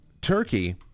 Turkey